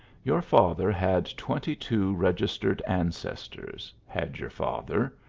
your father had twenty-two registered ancestors, had your father,